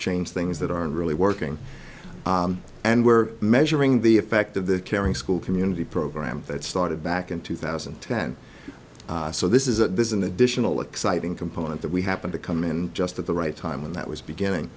change things that are really working and we're measuring the effect of the caring school community program that started back in two thousand and ten so this is a this in additional exciting component that we happen to come in just at the right time and that was beginning